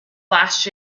last